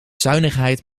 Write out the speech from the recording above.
zuinigheid